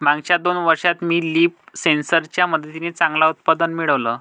मागच्या दोन वर्षात मी लीफ सेन्सर च्या मदतीने चांगलं उत्पन्न मिळवलं